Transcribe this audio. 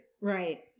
Right